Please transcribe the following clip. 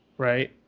Right